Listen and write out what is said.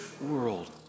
world